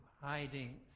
hiding